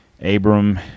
Abram